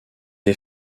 est